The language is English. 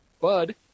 Bud